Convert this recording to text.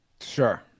Sure